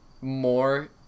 more